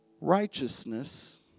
righteousness